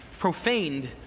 profaned